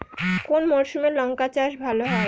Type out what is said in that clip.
কোন মরশুমে লঙ্কা চাষ ভালো হয়?